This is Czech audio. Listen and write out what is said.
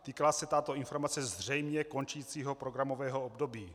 Týkala se tato informace zřejmě končícího programového období.